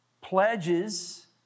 Pledges